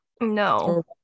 No